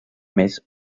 més